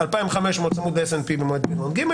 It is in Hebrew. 2,500 צמוד ל-S&P במועד פירעון ג'